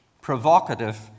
provocative